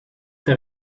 der